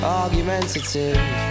argumentative